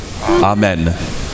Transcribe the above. Amen